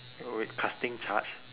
wait wait wait casting charge